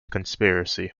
conspiracy